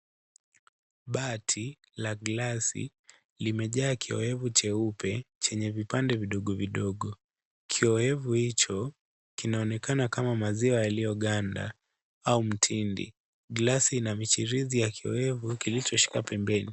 Bati la glasi limejaa kiowevu cheupe chenye vipande vidogo vidogo, kiowevu hicho kinaonekana kama maziwa yaliyoganda au mtindi, glasi ina michiririzi ya kiowevu kilichoshika pembeni.